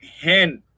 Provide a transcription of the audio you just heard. hand